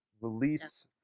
release